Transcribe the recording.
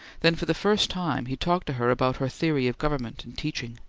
then for the first time he talked to her about her theory of government and teaching,